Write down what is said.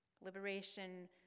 Liberation